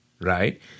right